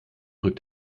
rückt